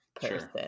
person